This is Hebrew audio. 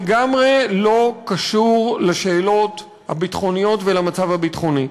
לגמרי לא קשור לשאלות הביטחוניות ולמצב הביטחוני.